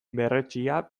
berretsia